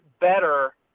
better